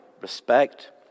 respect